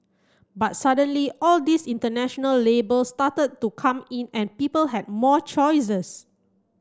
but suddenly all these international labels started to come in and people had more choices